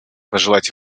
пожелать